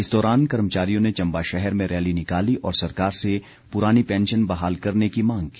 इस दौरान कर्मचारियों ने चम्बा शहर में रैली निकाली और सरकार से पुरानी पैंशन बहाल करने की मांग की